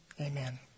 Amen